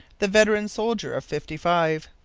the veteran soldier of fifty-five.